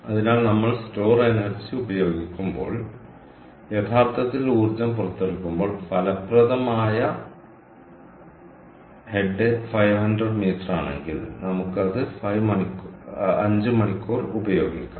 അതിനാൽ നമ്മൾ store energy ഉപയോഗിക്കുമ്പോൾ യഥാർത്ഥത്തിൽ ഊർജ്ജം പുറത്തെടുക്കുമ്പോൾ ഫലപ്രദമായ തല 500 മീറ്ററാണെങ്കിൽ നമുക്ക് അത് 5 മണിക്കൂർ ഉപയോഗിക്കാം